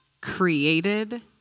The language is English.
created